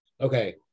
okay